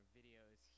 videos